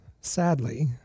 sadly